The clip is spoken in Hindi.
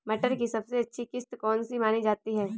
मटर की सबसे अच्छी किश्त कौन सी मानी जाती है?